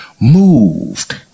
moved